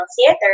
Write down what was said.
theater